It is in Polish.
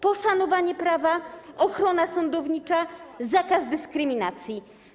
Poszanowanie prawa, ochrona sądownicza, zakaz dyskryminacji.